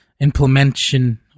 implementation